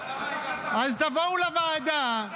אז תבואו לוועדה.